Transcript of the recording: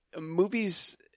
movies